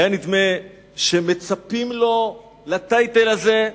היה נדמה שמצפים לו, לטייטל הזה,